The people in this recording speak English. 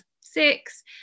six